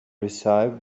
recipe